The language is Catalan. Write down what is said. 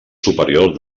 superior